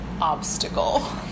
obstacle